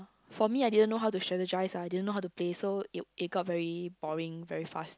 for me I didn't know how to strategize I didn't know how to play so it it got very boring very fast